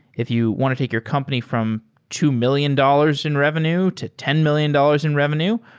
if you want to take your company from two million dollars in revenue to ten million dollars in revenue,